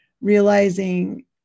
realizing